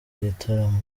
igitaramo